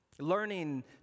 Learning